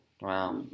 Wow